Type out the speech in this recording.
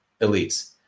elites